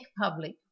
public